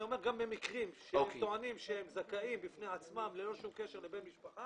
(מתרגם תרגום חופשי מהשפה הערבית)